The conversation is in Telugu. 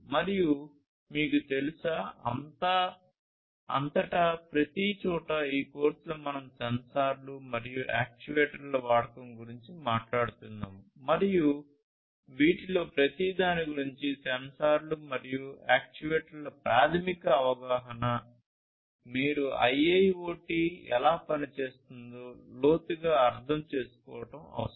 మరియు మీకు తెలుసా అంతటా ప్రతిచోటా ఈ కోర్సులో మనo సెన్సార్లు మరియు యాక్యుయేటర్ల వాడకం గురించి మాట్లాడుతున్నాము మరియు వీటిలో ప్రతిదాని గురించి సెన్సార్లు మరియు యాక్యుయేటర్ల ప్రాథమిక అవగాహన మీరు IIoT ఎలా పనిచేస్తుందో లోతుగా అర్థం చేసుకోవడం అవసరం